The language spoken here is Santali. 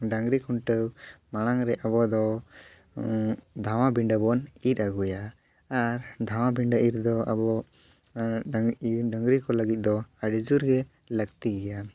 ᱰᱟᱹᱝᱨᱤ ᱠᱷᱩᱱᱴᱟᱹᱣ ᱢᱟᱲᱟᱝ ᱨᱮ ᱟᱵᱚ ᱫᱚ ᱫᱷᱟᱣᱟ ᱵᱤᱸᱰᱟᱹ ᱵᱚᱱ ᱤᱨ ᱟᱜᱩᱭᱟ ᱟᱨ ᱫᱷᱟᱣᱟ ᱵᱤᱸᱰᱟᱹ ᱤᱨᱻ ᱫᱚ ᱟᱵᱚ ᱰᱟᱝᱨᱤ ᱰᱟᱝᱨᱤ ᱠᱚ ᱞᱟᱹᱜᱤᱫ ᱫᱚ ᱟᱹᱰᱤ ᱡᱳᱨ ᱜᱮ ᱞᱟᱹᱠᱛᱤ ᱜᱮᱭᱟ